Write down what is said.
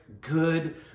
good